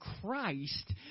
Christ